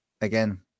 again